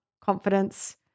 confidence